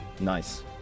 Nice